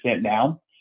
now